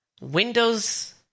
Windows